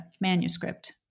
manuscript